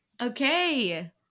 Okay